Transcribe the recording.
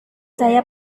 saya